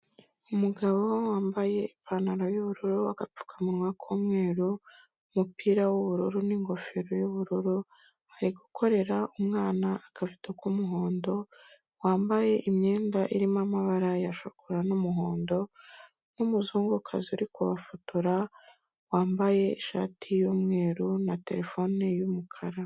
Umugabo wambaye ipantaro y'ubururu, agapfukamunwa k'umweru, umupira w'ubururu n'ingofero y'ubururu, ari gukorera umwana akavido k'umuhondo, wambaye imyenda irimo amabara ya shokora n'umuhondo, n'umuzungukazi uri kubafotora, wambaye ishati y'umweru, na telefone y'umukara.